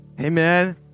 Amen